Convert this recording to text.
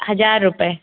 हज़ार रुपये